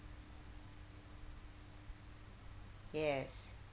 yes